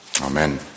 Amen